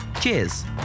cheers